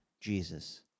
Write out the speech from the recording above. Jesus